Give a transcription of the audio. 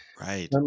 Right